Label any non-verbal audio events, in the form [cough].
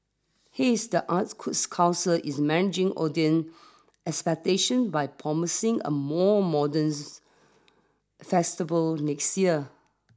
haze the arts [unintelligible] council is managing audience expectations by promising a more modern festival next yea